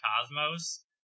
cosmos